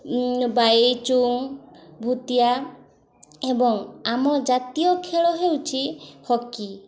ବାଇଚୁଂ ଭୂତିଆ ଏବଂ ଆମ ଜାତୀୟ ଖେଳ ହେଉଛି ହକି